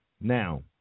Now